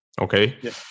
okay